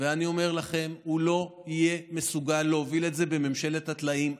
ואני אומר לכם: הוא לא יהיה מסוגל להוביל את זה בממשלת הטלאים.